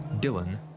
Dylan